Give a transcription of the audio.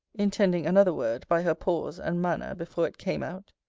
intending another word, by her pause and manner before it came out.